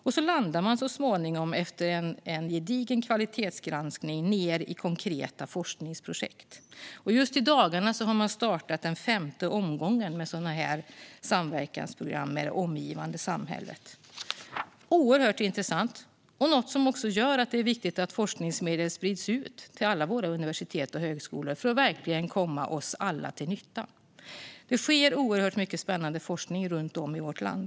Så småningom landar man efter en gedigen kvalitetsgranskning ned i konkreta forskningsprojekt. Just i dagarna har man startat den femte omgången med sådana samverkansprogram med det omgivande samhället. Det är oerhört intressant. Det är något som också gör att det är viktigt att forskningsmedel sprids ut till alla våra universitet och högskolor för att verkligen komma oss alla till nytta. Det sker oerhört mycket spännande forskning runt om i vårt land.